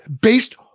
based